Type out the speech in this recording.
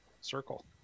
circle